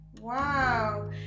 wow